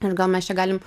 ir gal mes čia galim